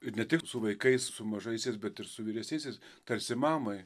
ir ne tik su vaikais su mažaisiais bet ir su vyresniaisiais tarsi mamai